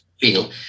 feel